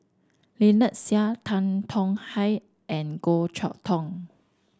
Lynnette Seah Tan Tong Hye and Goh Chok Tong